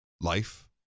life